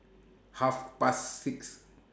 Half Past six